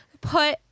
put